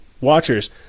watchers